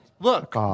Look